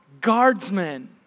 guardsmen